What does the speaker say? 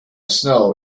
snow